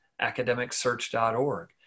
academicsearch.org